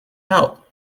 help